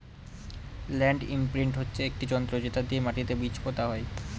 land imprint হচ্ছে একটি যন্ত্র যেটা দিয়ে মাটিতে বীজ পোতা হয়